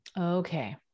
Okay